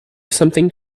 something